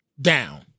down